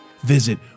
Visit